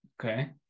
Okay